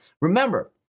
remember